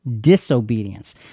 Disobedience